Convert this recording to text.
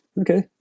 okay